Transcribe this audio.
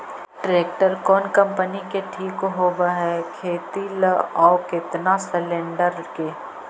Tractor कोन company के ठीक होब है खेती ल औ केतना सलेणडर के?